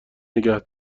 نگه